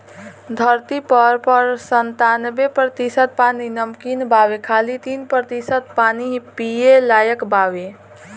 धरती पर पर संतानबे प्रतिशत पानी नमकीन बावे खाली तीन प्रतिशत पानी ही पिए लायक बावे